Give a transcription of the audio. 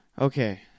Okay